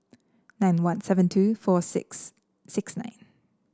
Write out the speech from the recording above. nine one seven two four six six nine